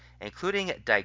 including